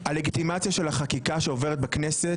הלגיטימציה של החקיקה שעוברת בכנסת